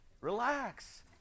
Relax